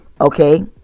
Okay